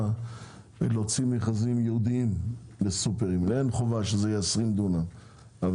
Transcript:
להוציא מכרזים ייעודיים לסופרים ואין חובה שזה יהיה 20 דונם,